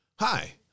Hi